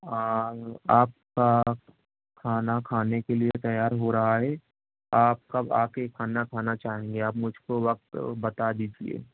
اور آپ کا کھانا کھانے کے لیے تیار ہو رہا ہے آپ کب آ کے کھانا کھانا چاہیں گے آپ مجھ کو وقت بتا دیجیے